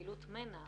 פעילות מנע.